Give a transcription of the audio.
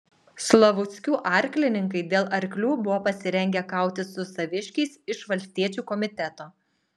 slavuckių arklininkai dėl arklių buvo pasirengę kautis su saviškiais iš valstiečių komiteto